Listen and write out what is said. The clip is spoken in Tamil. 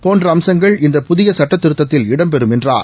போன்றஅம்சங்கள் இந்த புதியசுட்டத்திருத்தங்களில் இடம்பெறும் என்றார்